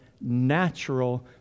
natural